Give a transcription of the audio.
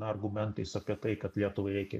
argumentais apie tai kad lietuvai reikia